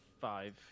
Five